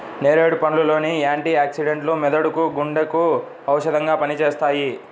నేరేడు పండ్ల లోని యాంటీ ఆక్సిడెంట్లు మెదడుకు, గుండెకు ఔషధంగా పనిచేస్తాయి